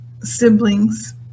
siblings